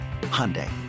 Hyundai